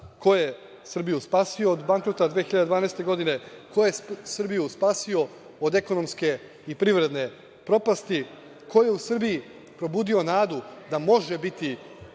ko je Srbiju spasio od bankrota 2012. godine, ko je Srbiju spasio od ekonomske i privredne propasti, ko je u Srbiji probudio nadu da može biti